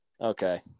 Okay